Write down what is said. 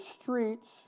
streets